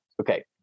Okay